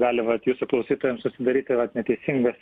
gali vat jūsų klausytojams susidaryti vat neteisingas